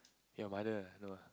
your mother ah no ah